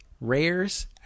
Rares